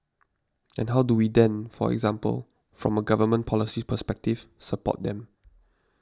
and how do we then for example from a government policy perspective support them